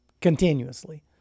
continuously